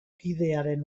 kidearen